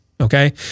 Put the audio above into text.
okay